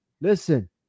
Listen